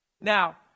Now